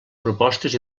propostes